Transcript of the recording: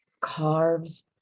carves